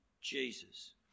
Jesus